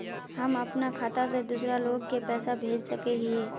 हम अपना खाता से दूसरा लोग के पैसा भेज सके हिये?